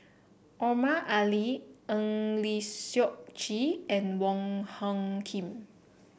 Omar Ali Eng Lee Seok Chee and Wong Hung Khim